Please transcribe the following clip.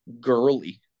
girly